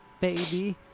baby